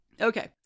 Okay